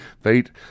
fate